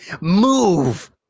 Move